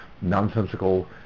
nonsensical